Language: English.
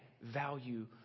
value